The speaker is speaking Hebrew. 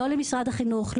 לא משרד החינוך,